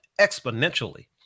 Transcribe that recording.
exponentially